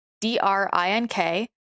D-R-I-N-K